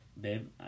Babe